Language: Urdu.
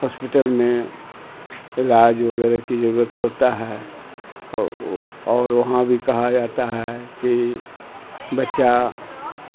ہاسپیٹل میں علاج وغیرہ کی ضرورت پڑتا ہے اور وہاں بھی کہا جاتا ہے کہ بچہ